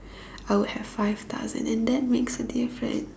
I would have five thousand and that makes a difference